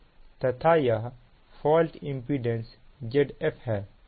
तथा यह fault impedance Zf है